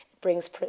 brings